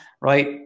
right